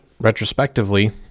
retrospectively